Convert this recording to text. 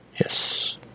Yes